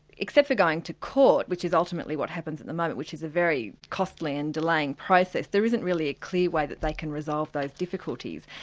except for going to court, which is ultimately what happens at the moment, which is a very costly and delaying process, there isn't really a clear way that they can resolve those difficulties.